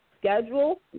schedule